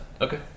okay